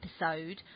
episode